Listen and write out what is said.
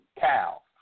cow